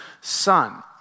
son